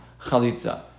chalitza